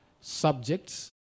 subjects